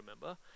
remember